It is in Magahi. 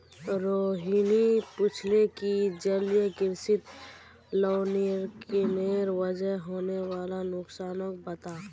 रोहिणी पूछले कि जलीय कृषित लवणीकरनेर वजह होने वाला नुकसानक बता